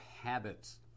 habits